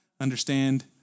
understand